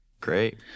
Great